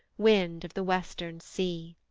wind of the western sea!